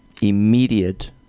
immediate